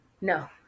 No